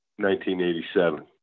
1987